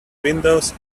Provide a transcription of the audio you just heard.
windows